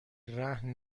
رهن